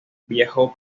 viajó